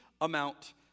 amount